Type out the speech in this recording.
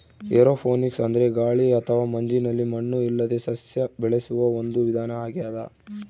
aeroponics ಅಂದ್ರೆ ಗಾಳಿ ಅಥವಾ ಮಂಜಿನಲ್ಲಿ ಮಣ್ಣು ಇಲ್ಲದೇ ಸಸ್ಯ ಬೆಳೆಸುವ ಒಂದು ವಿಧಾನ ಆಗ್ಯಾದ